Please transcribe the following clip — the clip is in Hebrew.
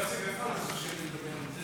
סיום שנת הלימודים האקדמית